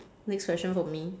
next question from me